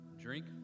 drink